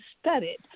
studied